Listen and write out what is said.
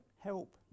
help